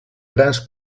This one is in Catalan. grans